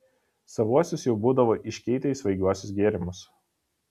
savuosius jau būdavo iškeitę į svaigiuosius gėrimus